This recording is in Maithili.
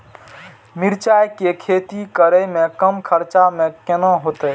मिरचाय के खेती करे में कम खर्चा में केना होते?